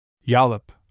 Yollop